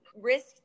risk